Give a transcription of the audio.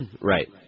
Right